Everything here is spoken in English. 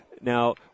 Now